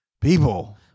people